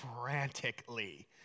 frantically